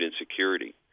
insecurity